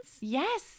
Yes